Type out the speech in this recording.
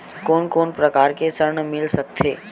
कोन कोन प्रकार के ऋण मिल सकथे?